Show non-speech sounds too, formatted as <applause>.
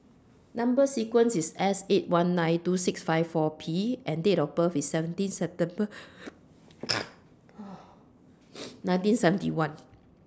Number sequence IS S eight one nine two six five four P and Date of birth IS seventeen September <noise> nineteen seventy one